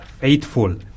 Faithful